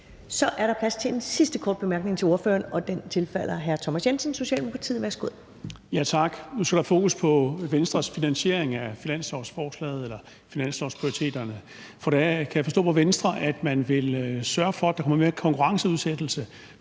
Så er der plads til en sidste kort bemærkning til ordføreren, og den tilfalder hr. Thomas Jensen, Socialdemokratiet. Værsgo. Kl. 10:54 Thomas Jensen (S): Tak. Nu skal der fokus på Venstres finansiering af deres finanslovsforslag eller finanslovsprioriteter, for der kan jeg forstå på Venstre, at man vil sørge for, at der kommer mere konkurrenceudsættelse